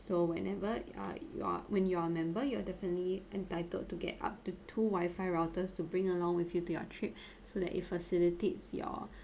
so whenever ah you're when you're a member you're definitely entitled to get up to two wifi routers to bring along with you to your trip so that it facilitates your